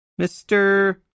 Mr